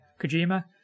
Kojima